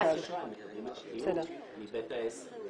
--- מבית העסק.